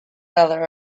rather